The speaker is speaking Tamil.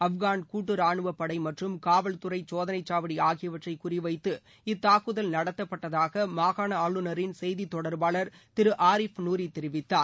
ஆப்கன் கூட்டு ரானுவ படை மற்றும் காவல்துறை சோதனைச்சாவடி ஆகியவற்றை குறி வைத்து இத்தாக்குதல் நடத்தப்பட்டதாக மாகாண ஆளுநரின் செய்தி தொடர்பாளர் திரு ஆரிப் நூரி தெரிவித்தார்